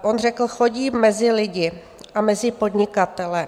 On řekl: chodím mezi lidi a mezi podnikatele.